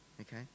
okay